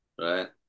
right